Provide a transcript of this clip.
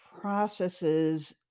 processes